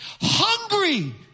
hungry